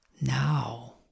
Now